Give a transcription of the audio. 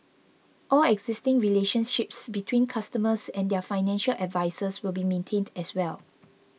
all existing relationships between customers and their financial advisers will be maintained as well